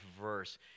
verse